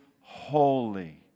holy